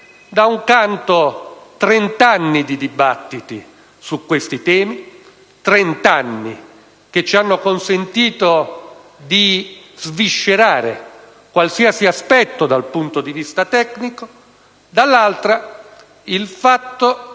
da un canto trent'anni di dibattito su questi temi, che ci hanno consentito di sviscerare qualsiasi aspetto dal punto di vista tecnico; dall'altro, il fatto che